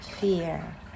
fear